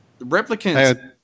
replicants